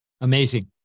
Amazing